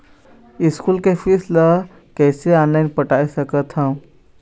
School के fees ला कैसे ऑनलाइन पटाए सकत हव?